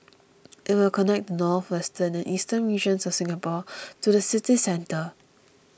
it will connect the northwestern and eastern regions of Singapore to the city centre